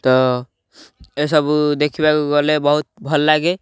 ତ ଏସବୁ ଦେଖିବାକୁ ଗଲେ ବହୁତ ଭଲ ଲାଗେ